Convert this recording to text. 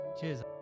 Cheers